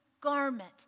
garment